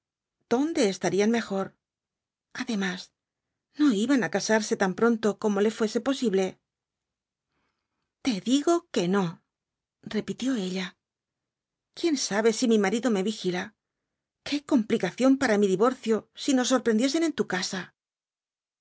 dónde estarían mejor además no iban á casarse tan pronto como les fuese posible te digo que no repitió ella quién sabe si mi marido me vigila qué complicación para mi divorcio si nos sorprendiesen en tu casa